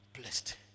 Blessed